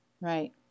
Right